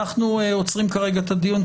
אנחנו עוצרים כרגע את הדיון,